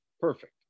Perfect